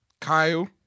Kyle